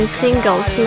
singles